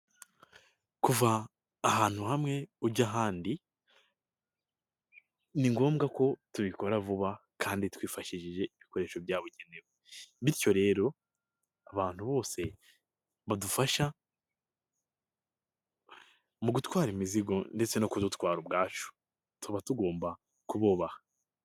Kuva ahantu hamwe ujya ahandi ni ngombwa ko tubikora vuba kandi twifashishije ibikoresho byabugenewe, bityo rero abantu bose badufasha mu gutwara imizigo ndetse no kudutwara ubwacu, tuba tugomba kububaha.